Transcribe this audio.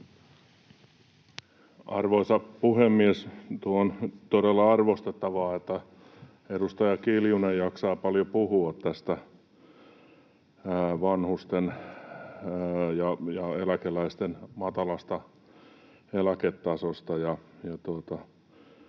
Arvoisa puhemies! Tuo on todella arvostettavaa, että edustaja Kiljunen jaksaa paljon puhua vanhusten ja eläkeläisten matalasta eläketasosta.